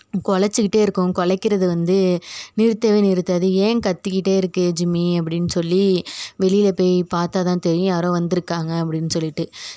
குலைச்சிக்கிட்டே இருக்கும் குலைக்கிறது வந்து நிறுத்தவே நிறுத்தாது ஏன் கத்திக்கிட்டே இருக்கே ஜிம்மி அப்படின்னு சொல்லி வெளியில் போயி பார்த்தா தான் தெரியும் யாரோ வந்திருக்காங்க அப்படின்னு சொல்லிட்டு